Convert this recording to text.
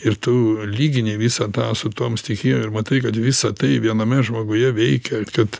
ir tu lygini visą tą su tom stichijom ir matai kad visa tai viename žmoguje veikia kad